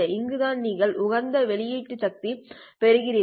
இங்குதான் நீங்கள் உகந்த வெளியீட்டு சக்தி பெறுகிறீர்கள்